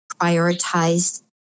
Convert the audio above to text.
prioritized